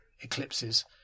eclipses